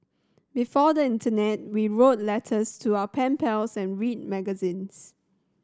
before the internet we wrote letters to our pen pals and read magazines